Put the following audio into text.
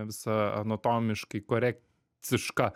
visa anatomiškai korekciška